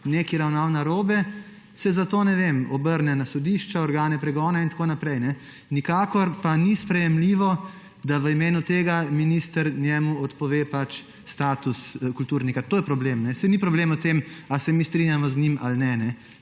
je ravnal narobe, se zato obrne na sodišča, organe pregona in tako naprej. Nikakor pa ni sprejemljivo, da v imenu tega minister njemu odpove status kulturnika. To je problem. Saj ni problem v tem, ali se mi strinjamo z njim ali ne.